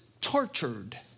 tortured